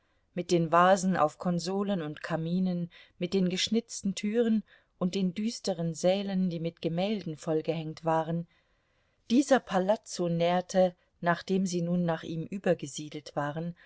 mit den vasen auf konsolen und kaminen mit den geschnitzten türen und den düsteren sälen die mit gemälden vollgehängt waren dieser palazzo nährte nachdem sie nun nach ihm übergesiedelt waren